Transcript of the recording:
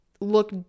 look